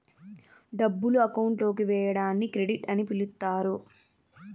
డబ్బులు అకౌంట్ లోకి వేయడాన్ని క్రెడిట్ అని పిలుత్తారు